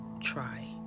Try